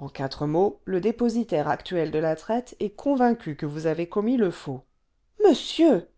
en quatre mots le dépositaire actuel de la traite est convaincu que vous avez commis le faux monsieur